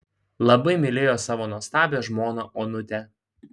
labai mylėjo savo nuostabią žmoną onutę